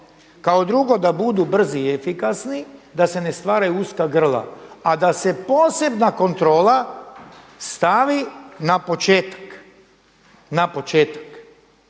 kao drugo, da budu brzi i efikasni da se ne stvaraju uska grla, a da se posebna kontrola stavi na početak. Jer